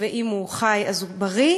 אם הוא חי, הוא בריא,